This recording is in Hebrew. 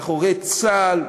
מאחורי צה"ל,